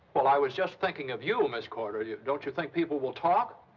well, i was just thinking of you, miss corder. don't you think people will talk?